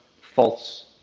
false